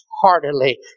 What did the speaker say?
heartily